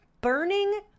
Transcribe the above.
burning